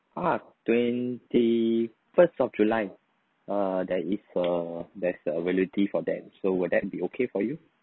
ah twenty first of july uh there is a there's a availability for that so will that be okay for you